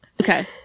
Okay